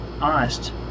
honest